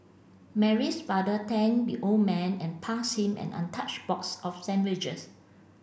Mary's father thanked the old man and passed him an untouched box of sandwiches